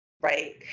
right